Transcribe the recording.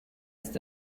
ist